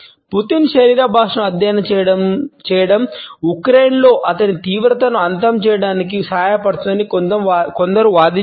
Putin శరీర భాషను అధ్యయనం చేయడం ఉక్రెయిన్లో అతని తీవ్రతను అంతం చేయడానికి సహాయపడుతుందని కొందరు వాదించారు